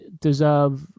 deserve